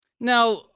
Now